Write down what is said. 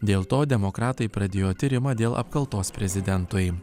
dėl to demokratai pradėjo tyrimą dėl apkaltos prezidentui